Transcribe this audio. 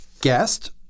guest